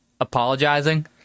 apologizing